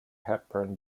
hepburn